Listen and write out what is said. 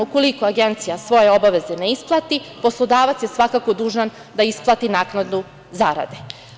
Ukoliko agencija svoje obaveze ne isplati, poslodavac je svakako dužan da isplati naknadu zarade.